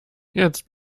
jetzt